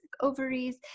ovaries